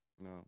no